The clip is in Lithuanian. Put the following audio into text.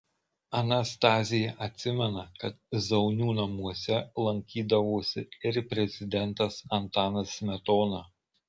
anastazija atsimena kad zaunių namuose lankydavosi ir prezidentas antanas smetona